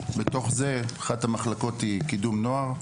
אחת המחלקות היא קידום נוער,